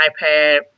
iPad